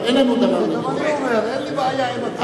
אין לי בעיה עם הכשרות.